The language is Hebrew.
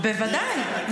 בוודאי.